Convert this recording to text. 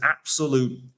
absolute